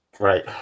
Right